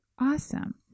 Awesome